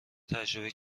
تجربه